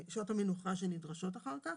שעות המנוחה שנדרשות אחר כך.